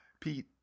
pete